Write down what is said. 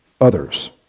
others